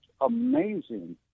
amazing